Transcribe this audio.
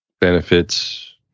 Benefits